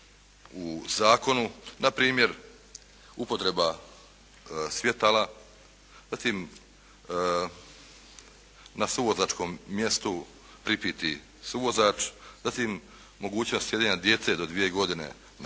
u zakonu. Npr. upotreba svjetala, zatim na suvozačkom mjestu pripiti suvozač, zatim mogućnost sjedenja djece do dvije godine na prednjem